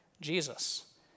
Jesus